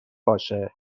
باشه